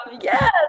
Yes